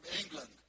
England